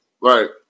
Right